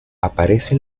aparece